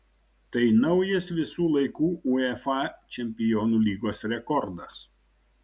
tai naujas visų laikų uefa čempionų lygos rekordas